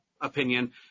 opinion